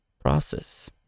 process